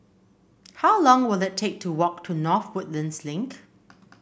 how long will it take to walk to North Woodlands Link